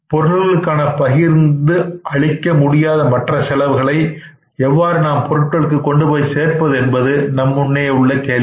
பொருள்களுக்கான பகிர்ந்து அளிக்க முடியாத மற்ற செலவுகளை எவ்வாறு நாம் பொருளுக்கு கொண்டுபோய் சேர்ப்பது என்பது நம் முன்னே உள்ள கேள்வி